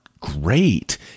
great